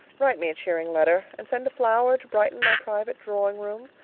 write me a cheering letter, and send a flower to brighten my private drawing room.